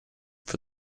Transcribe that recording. for